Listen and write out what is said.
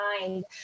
mind